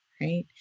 Right